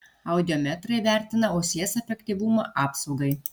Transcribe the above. audiometrai vertina ausies efektyvumą apsaugai